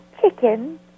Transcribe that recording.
chicken